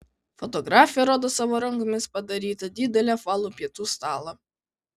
fotografė rodo savo rankomis padarytą didelį apvalų pietų stalą